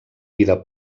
vida